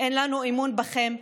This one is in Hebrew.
אין לנו אמון בכם.